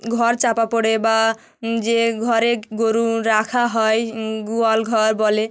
ঘর চাপা পড়ে বা যে ঘরে গরু রাখা হয় গোয়ালঘর বলে